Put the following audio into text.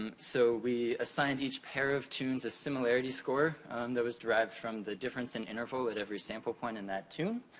and so, we assigned each pair of tunes a similarity score that was derived by the difference in interval at every sample point in that tune.